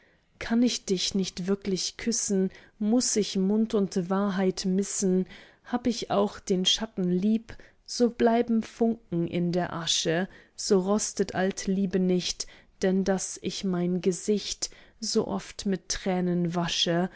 kann ich dich nicht wirklich küssen muß ich mund und wahrheit missen hab ich auch den schatten lieb so bleiben funken in der asche so rostet alte liebe nicht denn daß ich mein gesicht so oft mit tränen wasche